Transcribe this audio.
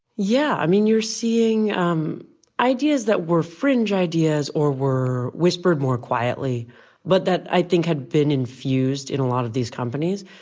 yeah, i mean, you're seeing um ideas that were fringe ideas or were whispered more quietly but that i think had been infused in a lot of these companies,